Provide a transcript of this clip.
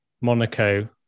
Monaco